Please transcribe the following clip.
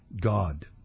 God